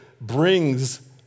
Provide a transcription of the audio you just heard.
brings